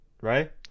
Right